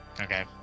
Okay